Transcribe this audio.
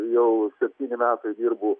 jau septyni metai dirbu